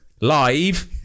live